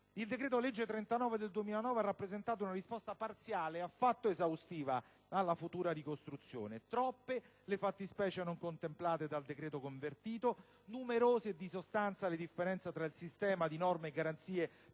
Il decreto-legge n. 39 del 2009 ha rappresentato una risposta parziale, affatto esaustiva alla futura ricostruzione: troppe le fattispecie non contemplate dal decreto convertito, numerose e di sostanza le differenze tra il sistema di norme e garanzie poste in essere nel confronto